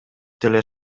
деле